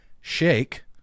shake